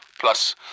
Plus